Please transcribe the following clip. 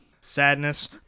Sadness